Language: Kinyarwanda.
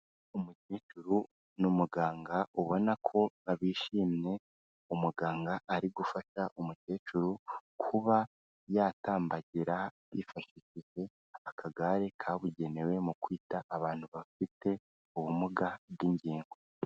Umukecuru n'umuganga ubona ko bishimiye, umuganga ari gufasha umukecuru kuba yatambagira yifashishije akagare kabugenewe mu kwita abantu bafite ubumuga bw'ingenzi.